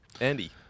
Andy